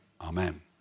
Amen